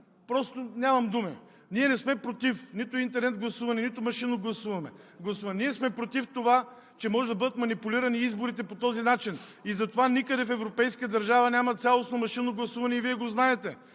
Просто, нямам думи! Ние не сме нито против интернет гласуване, нито машинно гласуване. Ние сме против това, че може да бъдат манипулирани изборите по този начин. И затова никъде в европейска държава няма цялостно машинно гласуване, и Вие го знаете.